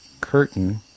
curtain